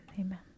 Amen